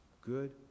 good